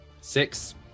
Six